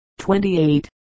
28